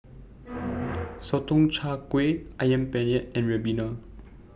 Sotong Char Kway Ayam Penyet and Ribena